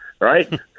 right